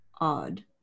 odd